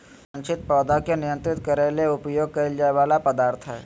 अवांछित पौधा के नियंत्रित करे ले उपयोग कइल जा वला पदार्थ हइ